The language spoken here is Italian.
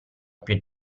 più